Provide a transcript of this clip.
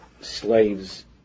slaves